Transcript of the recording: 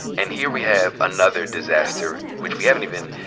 and here we have another disaster, which we haven't even,